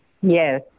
Yes